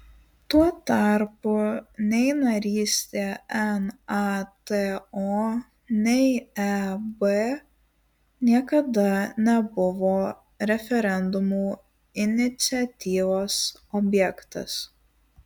tuo tarpu nei narystė nato nei eb niekada nebuvo referendumų iniciatyvos objektas